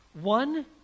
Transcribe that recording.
one